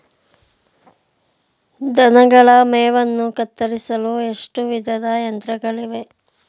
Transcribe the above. ದನಗಳ ಮೇವನ್ನು ಕತ್ತರಿಸಲು ಎಷ್ಟು ವಿಧದ ಯಂತ್ರಗಳಿವೆ?